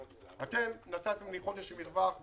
אתם נתתם לי חודש מרווח בטובכם,